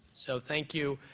so thank you.